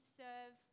serve